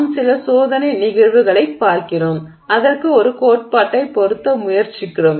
நாம் சில சோதனை நிகழ்வுகளைப் பார்க்கிறோம் அதற்கு ஒரு கோட்பாட்டைப் பொருத்த முயற்சிக்கிறோம்